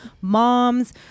moms